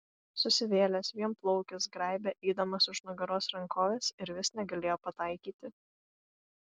susivėlęs vienplaukis graibė eidamas už nugaros rankoves ir vis negalėjo pataikyti